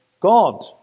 God